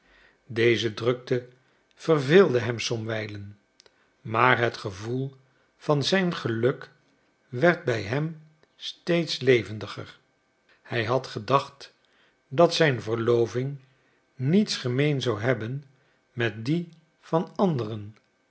deze drukte verveelde hem somwijlen maar het gevoel van zijn geluk werd bij hem steeds levendiger hij had gedacht dat zijn verloving niets gemeen zou hebben met die van anderen